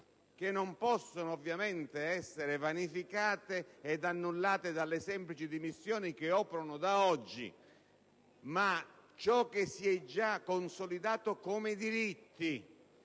che non possono ovviamente essere vanificate e annullate dalle semplici dimissioni che operano da oggi. Ciò che si è già consolidato come diritti,